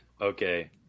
Okay